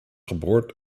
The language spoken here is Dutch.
geboord